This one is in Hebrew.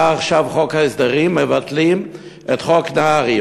בא עכשיו חוק ההסדרים, מבטלים את חוק נהרי.